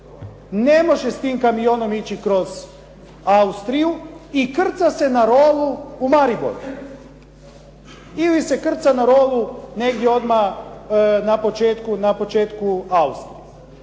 Ne može s tim kamionom ići kroz Austriju i krca se na rolu u Maribor. Ili se krca na rolu negdje odmah na početku Austrije.